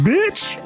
Bitch